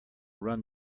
run